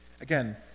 Again